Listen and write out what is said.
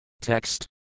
Text